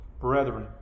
Brethren